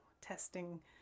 testing